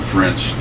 French